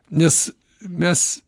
nes mes